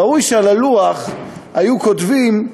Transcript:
ראוי שעל הלוח היו כותבים: